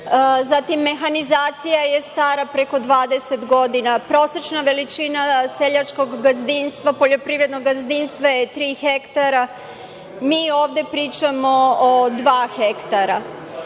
Zatim, mehanizacija je stara preko 20 godina. Prosečna veličina seoskog poljoprivrednog gazdinstva je tri hektara. Mi ovde pričamo o dva hektara. Ovde,